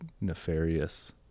nefarious